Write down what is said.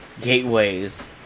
gateways